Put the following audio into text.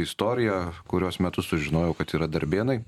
istorija kurios metu sužinojau kad yra darbėnai